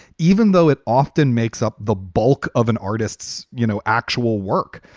even though it often makes up the bulk of an artist's, you know, actual work.